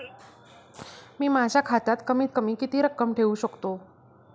मी माझ्या खात्यात कमीत कमी किती रक्कम ठेऊ शकतो?